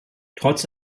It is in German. trotz